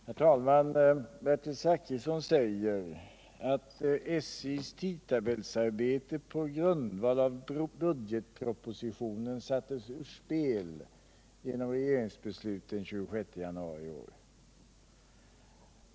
Herr talman! Bertil Zachrisson säger att SJ:s tidtabellsarbete på grundval av budgetpropositionen sattes ur spel genom regeringsbeslut den 26 januari i år.